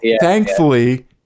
thankfully